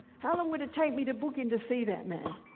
how long would it take me to book in to see that man?